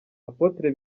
apotre